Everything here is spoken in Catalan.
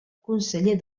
conseller